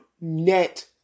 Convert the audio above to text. net